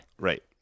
Right